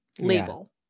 label